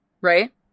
right